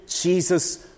Jesus